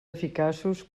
eficaços